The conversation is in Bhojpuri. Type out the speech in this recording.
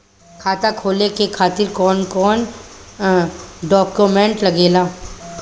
खाता खोले के खातिर कौन कौन डॉक्यूमेंट लागेला?